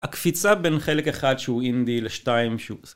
הקפיצה בין חלק אחד שהוא אינדי לשתיים שהוא